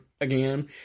again